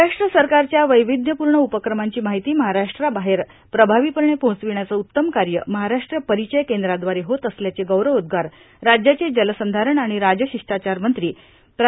महाराष्ट्र सरकारच्या वैविद्यपूर्ण उपक्रमांची माहिती महाराष्ट्र बाहेर प्रभावीपणे पोहचविण्याचं उत्तम कार्य महाराष्ट्र परिचय केंद्राद्वारे होत असल्याचं गौरवोद्गार राज्याचे जलसंधारण आणि राजशिष्टाचार मंत्री प्रा